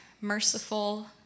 merciful